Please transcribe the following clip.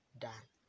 done